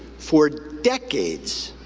for decades,